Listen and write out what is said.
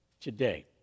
today